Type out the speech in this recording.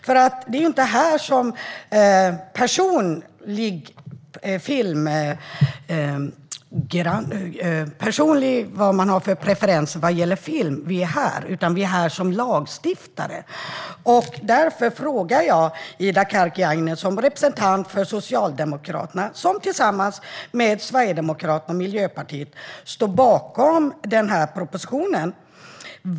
Vi är inte här för att uttala våra personliga preferenser vad gäller film, utan vi är här som lagstiftare. Därför frågar jag Ida Karkiainen som representant för Socialdemokraterna, som tillsammans med Sverigedemokraterna och Miljöpartiet står bakom propositionen, följande.